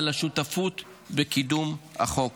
על השותפות בקידום החוק.